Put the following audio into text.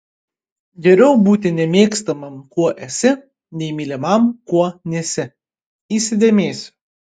geriau būti nemėgstamam kuo esi nei mylimam kuo nesi įsidėmėsiu